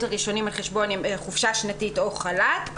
הראשונים על חשבון חופשה שנתית או חל"ת,